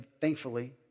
thankfully